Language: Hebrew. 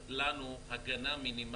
לאדוני,